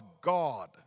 God